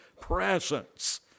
presence